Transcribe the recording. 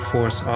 Force